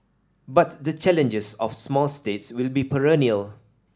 but the challenges of small states will be perennial